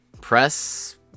press